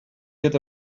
get